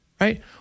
Right